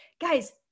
guys